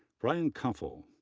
brianne kuffell,